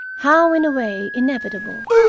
how, in a way, inevitable!